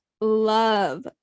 love